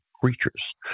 creatures